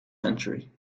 century